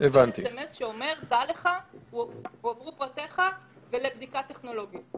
מגע עם חולה העלול להביא להדבקה מחלה, בהתייחס